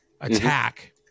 attack